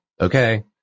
okay